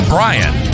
Brian